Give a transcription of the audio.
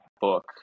book